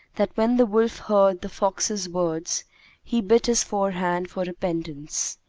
that when the wolf heard the fox's words he bit his forehand for repentance.